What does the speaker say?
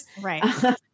Right